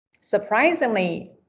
Surprisingly